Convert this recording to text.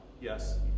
Yes